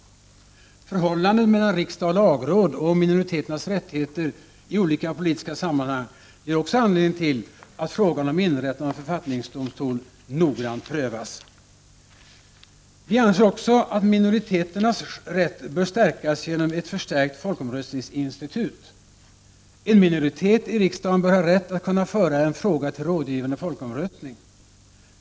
Förhållandet mellan riksdag och lagråd och om minoriteternas rättigheter i olika politiska sammanhang ger också anledning till att frågan om inrättande av en författningsdomstol noggrant prövas. Vi anser också att minoriteternas rätt bör stärkas genom ett förstärkt folkomröstningsinstitut. En minoritet i riksdagen bör ha rätt att kunna föra en fråga till rådgivande folkomröstning.